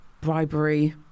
bribery